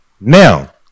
Now